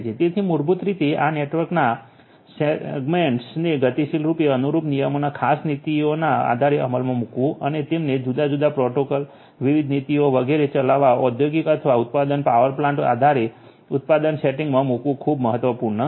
તેથી મૂળભૂત રીતે આ નેટવર્કના સેગમેન્ટને ગતિશીલ રૂપે અમુક નિયમોના ખાસ નીતિઓના આધારે અમલમાં મૂકવું અને તેમને જુદા જુદા પ્રોટોકોલ વિવિધ નીતિઓ વગેરે ચલાવવા ઔદ્યોગિક અથવા ઉત્પાદન પાવર પ્લાન્ટ આધારે ઉત્પાદન સેટિંગમાં મૂકવું ખૂબ મહત્વનું છે